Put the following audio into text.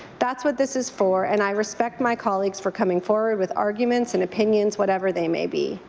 that's what this is for and i respect my colleagues for coming forward with arguments and opinions, whatever they may be.